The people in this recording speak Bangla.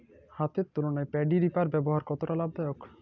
হাতের তুলনায় পেডি রিপার ব্যবহার কতটা লাভদায়ক?